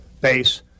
base